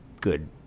good